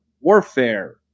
Warfare